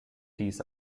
dies